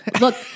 Look